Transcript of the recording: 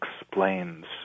explains